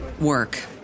work